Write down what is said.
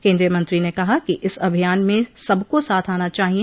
केन्द्रीय मंत्री ने कहा कि इस अभियान में सबको साथ आना चाहिए